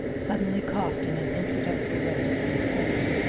suddenly coughed in an introductory way, and spoke.